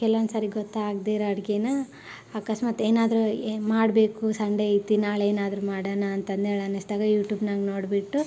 ಕೆಲವೊಂದು ಸರಿ ಗೊತ್ತಾಗದೇ ಇರೋ ಅಡುಗೆನ ಅಕಸ್ಮಾತ್ ಏನಾದರೂ ಏನು ಮಾಡಬೇಕು ಸಂಡೇ ಐತಿ ನಾಳೆ ಏನಾದರೂ ಮಾಡೋಣ ಅಂತಂದೇಳಿ ಅನ್ನಿಸಿದಾಗ ಯೂಟೂಬ್ನಾಗ ನೋಡಿಬಿಟ್ಟು